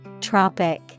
Tropic